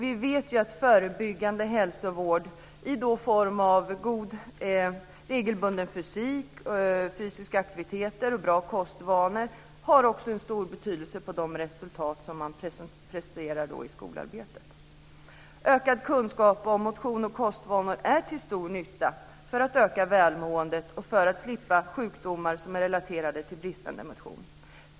Vi vet att förebyggande hälsovård i form av regelbundna fysiska aktiviteter och bra kostvanor har stor betydelse för de resultat som man presterar i skolarbetet. Ökad kunskap om motion och kostvanor är till stor nytta för att öka välmåendet och för att slippa sjukdomar som är relaterade till bristande motion.